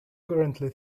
currently